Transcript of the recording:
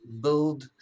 build